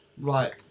Right